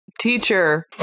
teacher